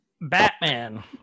Batman